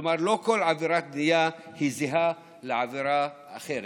כלומר לא כל עבירת בנייה זהה לעבירה אחרת.